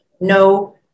no